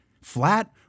Flat